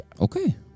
Okay